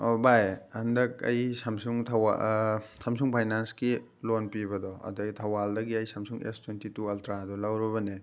ꯑꯣ ꯚꯥꯏ ꯍꯟꯗꯛ ꯑꯩ ꯁꯝꯁꯨꯡ ꯁꯝꯁꯨꯡ ꯐꯥꯏꯅꯥꯟꯁꯀꯤ ꯂꯣꯟ ꯄꯤꯕꯗꯣ ꯑꯗꯩ ꯊꯧꯕꯥꯜꯗꯒꯤ ꯑꯩ ꯁꯝꯁꯨꯡ ꯑꯦꯁ ꯇ꯭ꯋꯦꯟꯇꯤ ꯇꯨ ꯑꯜꯇ꯭ꯔꯥꯗꯣ ꯂꯧꯔꯨꯕꯅꯦ